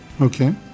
Okay